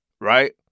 right